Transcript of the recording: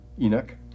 Enoch